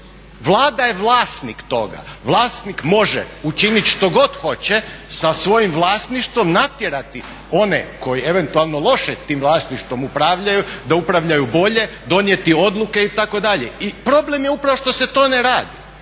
Vlada je vlasnik toga. Vlasnik može učiniti što hoće sa svojim vlasništvom, natjerati one koji eventualno loše tim vlasništvom upravljaju da upravljaju bolje, donijeti odluke itd. I problem je upravo što se to ne radi,